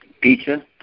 pizza